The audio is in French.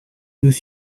nous